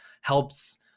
helps